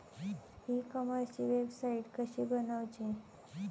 E कॉमर्सची website कशी बनवची?